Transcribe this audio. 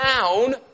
down